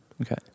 Okay